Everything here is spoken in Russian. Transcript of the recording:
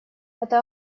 это